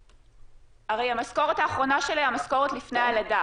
הרי המשכורת האחרונה שלה היא המשכורת לפני הלידה,